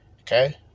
Okay